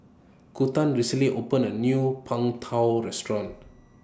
Kunta recently opened A New Png Tao Restaurant